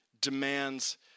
demands